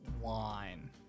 wine